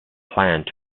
planned